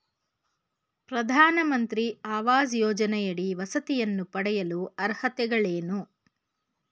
ಪ್ರಧಾನಮಂತ್ರಿ ಆವಾಸ್ ಯೋಜನೆಯಡಿ ವಸತಿಯನ್ನು ಪಡೆಯಲು ಅರ್ಹತೆಗಳೇನು?